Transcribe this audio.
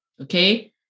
okay